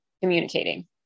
communicating